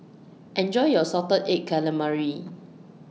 Enjoy your Salted Egg Calamari